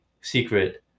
secret